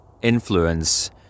influence